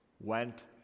went